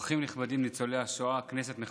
אורחים נכבדים ניצולי השואה, כנסת נכבדה,